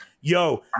yo